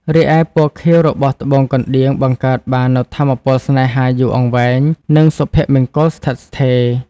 រីឯពណ៌ខៀវរបស់ត្បូងកណ្ដៀងបង្កើតបាននូវថាមពលស្នេហាយូរអង្វែង និងសុភមង្គលស្ថិតស្ថេរ។